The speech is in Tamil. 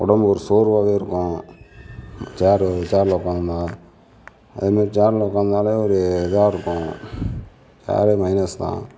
உடம்பு ஒரு சோர்வாவே இருக்கும் சேர் சேர்ல உட்காந்தம்னா அதே மாதிரி சேர்ல உட்காந்தாலே ஒரு இதா இருக்கும் சேரே மைனஸ் தான்